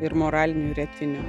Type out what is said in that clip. ir moralinių etinių